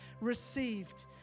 received